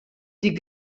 die